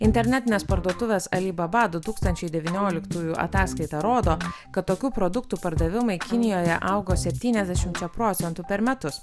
internetinės parduotuvės alibaba du tūkstančiai devynioliktųjų ataskaita rodo kad tokių produktų pardavimai kinijoje augo septyniasdešimčia procentų per metus